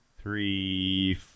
three